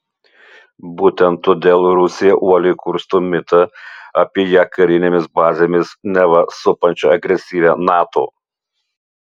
būtent todėl rusija uoliai kursto mitą apie ją karinėmis bazėmis neva supančią agresyvią nato